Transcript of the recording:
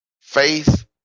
faith